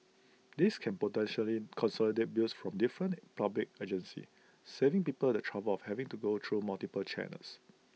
this can potentially consolidate bills from different public agencies saving people the trouble of having to go through multiple channels